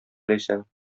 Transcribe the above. ләйсән